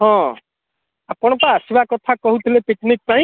ହଁ ଆପଣ ପା ଆସିବା କଥା କହୁଥିଲେ ପିକନିକ ପାଇଁ